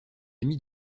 amie